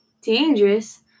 Dangerous